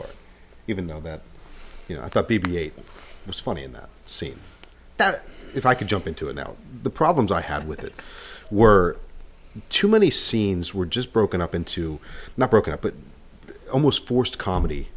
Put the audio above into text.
or even though that you know i thought b b eight was funny in that scene that if i could jump into it now the problems i had with it were too many scenes were just broken up into not broken up but almost forced comedy